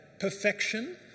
perfection